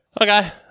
Okay